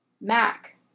MAC